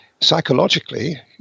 psychologically